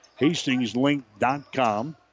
HastingsLink.com